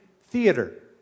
theater